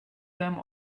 them